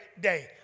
day